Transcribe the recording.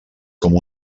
com